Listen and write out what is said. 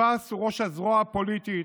עבאס הוא ראש הזרוע הפוליטית